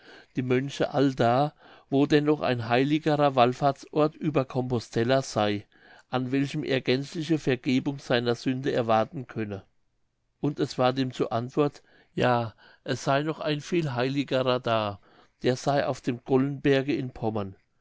die mönche allda wo denn noch ein heiligerer wallfahrtsort über compostella sey an welchem er gänzliche vergebung seiner sünde erwarten könne und es ward ihm zur antwort ja es sey noch ein viel heiligerer da der sey auf dem gollenberge in pommern